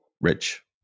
Rich